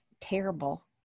terrible